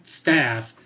staff